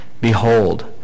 Behold